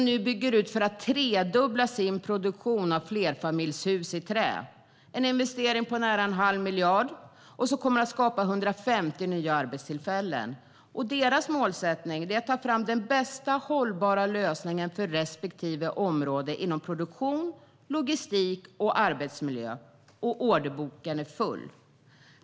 De bygger ut för att tredubbla sin produktion av flerfamiljshus i trä. Det är en investering på nära en halv miljard, och den kommer att skapa 150 nya arbetstillfällen. Lindbäcks mål är att ta fram den bästa hållbara lösningen för respektive område inom produktion, logistik och arbetsmiljö. Orderboken är full.